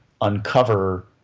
uncover